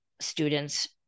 students